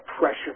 pressure